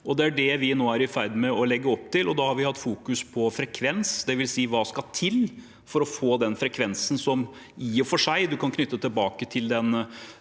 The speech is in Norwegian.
Det er det vi nå er i ferd med å legge opp til, og da har vi fokusert på frekvens, dvs.: Hva skal til for å få den frekvensen som man i og for seg kan knytte tilbake til den